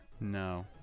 No